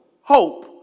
hope